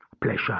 pleasure